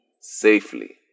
safely